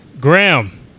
Graham